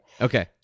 Okay